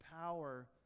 power